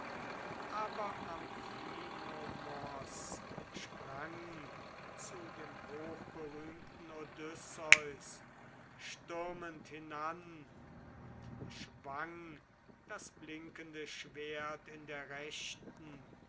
aber amphinomos sprang zu dem hochberühmten odysseus stürmend hinan und schwang das blinkende schwert in der rechten